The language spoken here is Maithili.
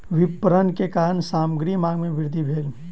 विपरण के कारण सामग्री मांग में वृद्धि भेल